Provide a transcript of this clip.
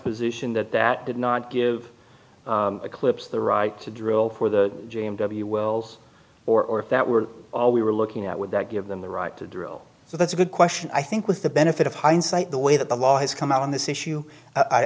position that that did not give eclipse the right to drill for the j m w wills or that were all we were looking at would that give them the right to drill so that's a good question i think with the benefit of hindsight the way that the law has come out on this issue